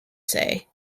say